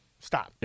stop